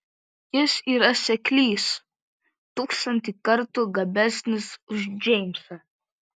jis yra seklys tūkstantį kartų gabesnis už džeimsą